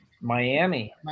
Miami